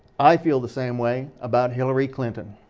i feel the same way about hillary clinton.